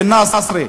פי אל-נאצרה,